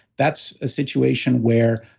that's a situation where,